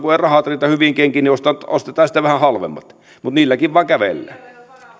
että kun eivät rahat riitä hyviin kenkiin niin ostetaan sitten vähän halvemmat mutta niilläkin vain kävellään